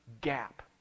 gap